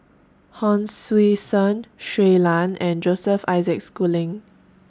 Hon Sui Sen Shui Lan and Joseph Isaac Schooling